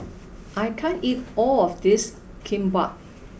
I can't eat all of this Kimbap